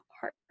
heart